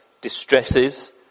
distresses